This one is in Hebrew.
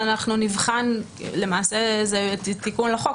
אנחנו נבחן למעשה זה תיקון לחוק,